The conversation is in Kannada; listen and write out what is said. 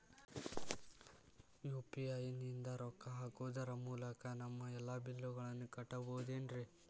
ಯು.ಪಿ.ಐ ನಿಂದ ರೊಕ್ಕ ಹಾಕೋದರ ಮೂಲಕ ನಮ್ಮ ಎಲ್ಲ ಬಿಲ್ಲುಗಳನ್ನ ಕಟ್ಟಬಹುದೇನ್ರಿ?